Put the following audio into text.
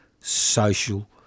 social